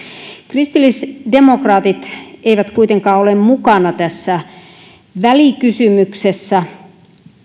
kristillisdemokraatit eivät kuitenkaan ole mukana tässä välikysymyksessä